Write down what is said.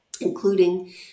including